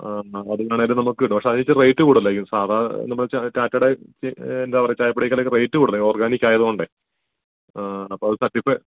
അ നാടിവളരെ നമുക്കുണ്ട് പക്ഷേ അതിച്ചിരി റേറ്റ് കൂടുതലായിരിക്കും സാധാരണ നമ്മുടെ ച ടാറ്റേടെ എന്താ പറയുക ചായപ്പൊടിയെക്കാളക്കെ റേറ്റ് കൂടുതലാണ് ഓർഗാനിക്കായതുകൊണ്ട് അപ്പം അത് സട്ടിഫെ